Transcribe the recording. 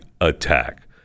attack